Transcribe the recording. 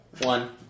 One